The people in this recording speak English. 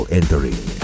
entering